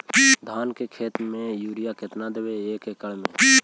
धान के खेत में युरिया केतना देबै एक एकड़ में?